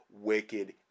wicked